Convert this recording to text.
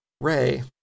Ray